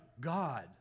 God